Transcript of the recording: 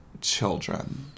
children